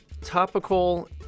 topical